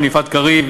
יפעת קריב,